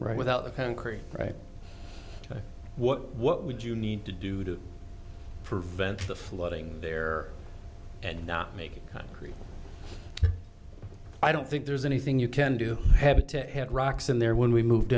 right without the concrete right what would you need to do to prevent the flooding there and not make concrete i don't think there's anything you can do habitat had rocks in there when we moved